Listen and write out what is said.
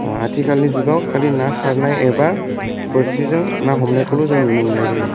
आथिखालनि जुगाव खालि ना सारनाय एबा बोरसिजों ना हमनायखौल' नुनो मोननाय जायो